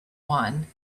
one